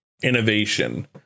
innovation